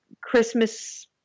Christmas